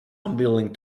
unwilling